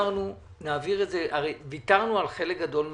ויתרנו על חלק גדול מהדברים.